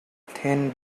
thin